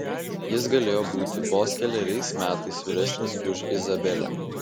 jis galėjo būti vos keleriais metais vyresnis už izabelę